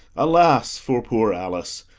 alas for poor alice!